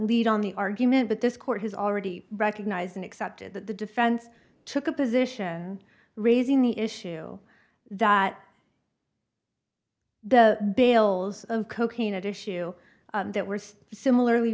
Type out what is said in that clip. lead on the argument but this court has already recognized and accepted that the defense took a position raising the issue that the bales of cocaine at issue that worse similarly